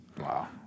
Wow